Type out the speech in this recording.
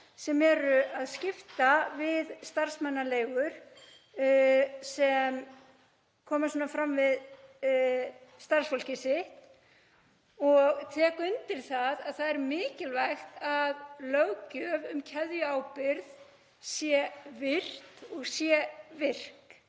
sem eru að skipta við starfsmannaleigur sem koma svona fram við starfsfólkið sitt. Ég tek undir að það er mikilvægt að löggjöf um keðjuábyrgð sé virt og sé virk.